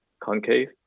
concave